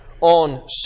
on